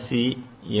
Sc M